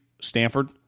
Stanford